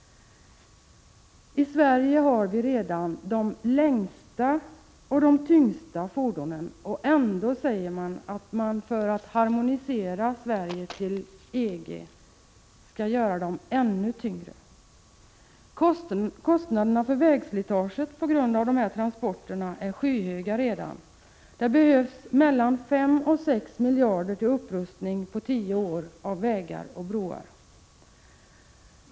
I Sverige har vi redan de längsta och tyngsta fordonen, och ändå säger man att man för att anpassa Sverige till EG skall göra dem ännu tyngre. Kostnaderna för vägslitaget på grund av dessa transporter är redan skyhöga. Det behövs mellan 5 och 6 miljarder till upprustning av vägar och broar på tio år.